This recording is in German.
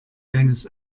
deines